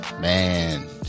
Man